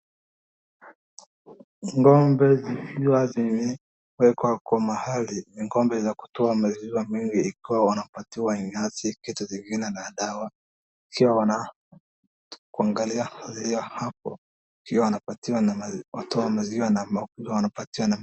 Ng'ombe zikiwa zimewekwa kwa mahali, ni ng'ombe za kutoa waziwa mingi ikiwa wanapatiwa nyasi, kitu zingine na dawa ikiwa wanataka kuangalia maziwa hapo ikiwaa wanapatiwa na kutoa maziwa wanapatiana.